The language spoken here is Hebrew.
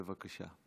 בבקשה.